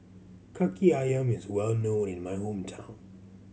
Kaki Ayam is well known in my hometown